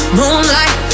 moonlight